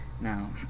Now